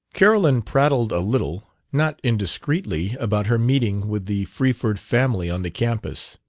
carolyn prattled a little, not indiscreetly, about her meeting with the freeford family on the campus.